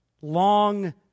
long